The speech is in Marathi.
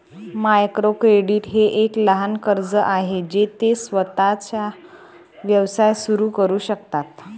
मायक्रो क्रेडिट हे एक लहान कर्ज आहे जे ते स्वतःचा व्यवसाय सुरू करू शकतात